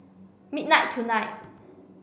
midnight tonight